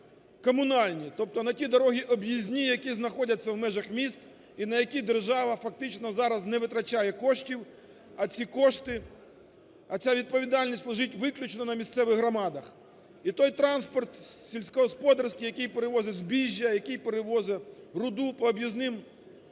комунальні, тобто на ті дороги об'їзні, які знаходяться в межах міст, і на які держава фактично зараз не витрачає коштів, а ці кошти… А ця відповідальність лежить виключно на місцевих громадах. І той транспорт сільськогосподарський, який перевозе збіжжя, який перевозе руду по об'їзним дорогам